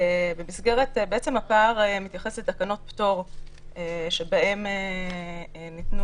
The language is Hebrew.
בעצם הפער מתייחס לתקנות פטור שבהן ניתן